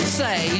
say